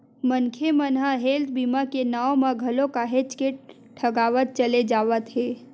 मनखे मन ह हेल्थ बीमा के नांव म घलो काहेच के ठगावत चले जावत हे